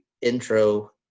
intro